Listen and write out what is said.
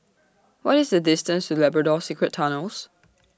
What IS The distance to Labrador Secret Tunnels